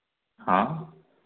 हाँ